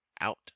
out